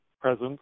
presence